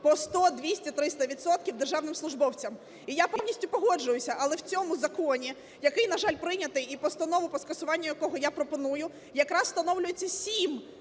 по 100, 200, 300 відсотків державним службовцям. І я повністю погоджуюся. Але в цьому законі, який, на жаль, прийнятий і постанову по скасуванню якого я пропоную, якраз встановлюється